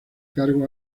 cargo